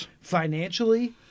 financially